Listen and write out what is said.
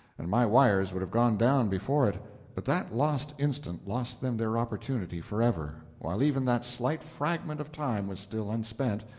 and my wires would have gone down before it but that lost instant lost them their opportunity forever while even that slight fragment of time was still unspent,